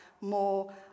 more